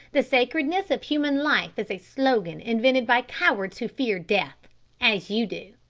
the sacredness of human life is a slogan invented by cowards who fear death as you do.